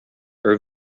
are